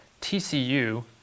TCU